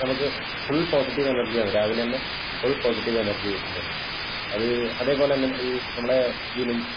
നമുക്ക് full positive energy ആണ് രാവിലെ തന്നെ ഫുള് പോസിറ്റീവ് എനര്ജി കിട്ടുന്നുണ്ട് അത് അതേപോലെ തന്നെ ഈ നമ്മളെ ഇതിനും